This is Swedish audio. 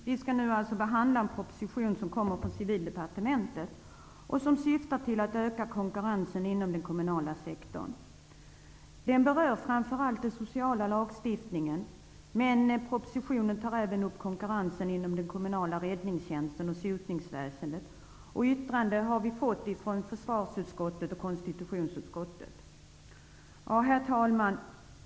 Herr talman! Vi skall nu behandla en proposition som kommer från Civildepartementet. Den syftar till att öka konkurrensen inom den kommunala sektorn. Den berör framför allt den sociala lagstiftningen. Men propositionen tar även upp konkurrensen inom den kommunala räddningstjänsten och sotningsväsendet. Vi har fått yttranden från försvarsutskottet och konstitutionsutskottet. Herr talman!